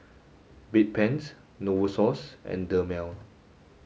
Bedpans Novosource and Dermale